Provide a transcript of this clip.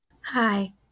Hi